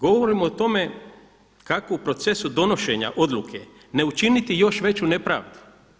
Govorimo o tome kako u procesu donošenja odluke ne učiniti još veću nepravdu.